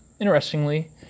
interestingly